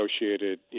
negotiated